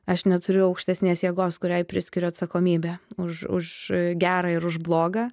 aš neturiu aukštesnės jėgos kuriai priskiriu atsakomybę už už gerą ir už blogą